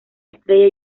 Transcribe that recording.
estrella